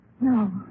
No